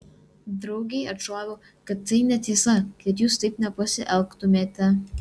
draugei atšoviau kad tai netiesa kad jūs taip nepasielgtumėte